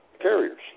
carriers